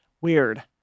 Weird